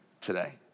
today